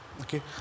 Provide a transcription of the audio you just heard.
Okay